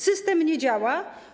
System nie działa.